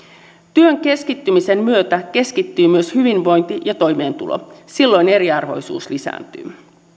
työn keskittymisen myötä keskittyy myös hyvinvointi ja toimeentulo silloin eriarvoisuus lisääntyy